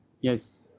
Yes